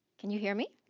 can you hear me?